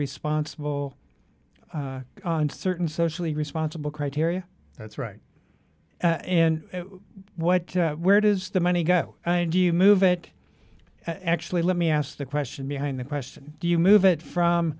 responsible and certain socially responsible criteria that's right and what where does the money go do you move it actually let me ask the question behind the question do you move it from